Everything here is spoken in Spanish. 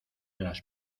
las